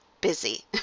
busy